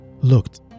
looked